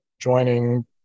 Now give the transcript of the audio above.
joining